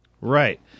Right